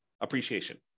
appreciation